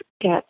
get